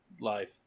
life